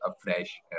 afresh